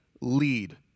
lead